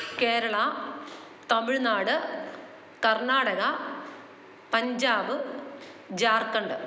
Keralam Tamil Nadu Karnataka Punjab Jharkhand